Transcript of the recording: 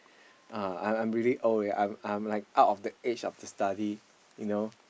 uh I I'm really old already I'm like out of that age of study you know